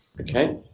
Okay